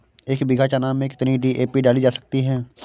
एक बीघा चना में कितनी डी.ए.पी डाली जा सकती है?